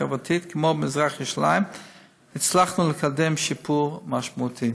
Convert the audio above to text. החברתית כמו במזרח ירושלים הצלחנו לקדם שיפור משמעותי.